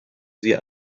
sie